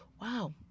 wow